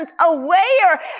aware